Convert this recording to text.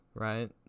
Right